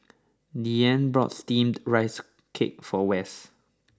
Deanne bought Steamed Rice Cake for Wess